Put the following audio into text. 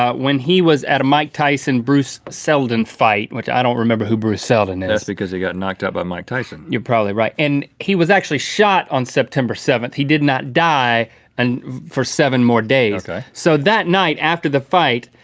when he was at a mike tyson bruce seldon fight, which i don't remember who bruce seldon is. that's because he got knocked out by mike tyson. you're probably right. and he was actually shot on september seven. he did not died and for seven more days. okay. so that night after the fight,